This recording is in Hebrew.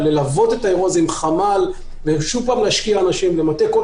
אבל ללוות את האירוע הזה עם חמ"ל ושוב להשקיע אנשים במטה כל